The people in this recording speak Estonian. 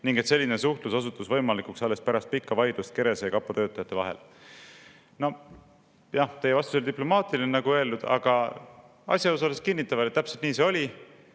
ning et selline suhtlus osutus võimalikuks alles pärast pikka vaidlust Kerese ja kapo töötajate vahel. Teie vastus oli diplomaatiline, nagu öeldud, aga asjaosalised kinnitavad, et täpselt nii see oli.